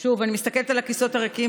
שוב, אני מסתכלת על הכיסאות הריקים.